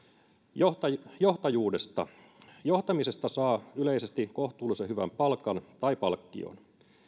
johtajuudesta johtajuudesta johtamisesta saa yleisesti kohtuullisen hyvän palkan tai palkkion